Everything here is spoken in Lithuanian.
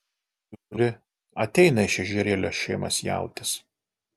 žiūri ateina iš ežerėlio šėmas jautis